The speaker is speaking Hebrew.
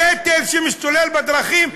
הקטל שמשתולל בדרכים,